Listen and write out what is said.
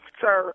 sir